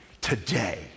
today